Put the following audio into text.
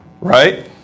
Right